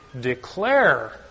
declare